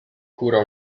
cura